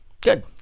Good